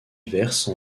verse